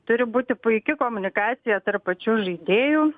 turi būti puiki komunikacija tarp pačių žaidėjų